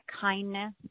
kindness